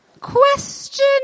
Question